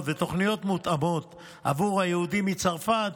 ותוכניות מותאמות עבור היהודים מצרפת,